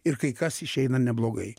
ir kai kas išeina neblogai